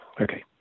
Okay